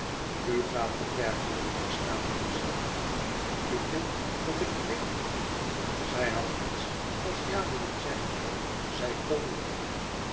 gaat te ver geloof ik stamelde zij u vindt dat ik dweep zij had iets als ja willen zeggen zij kon niet